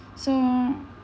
so